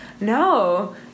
no